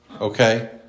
Okay